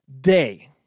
day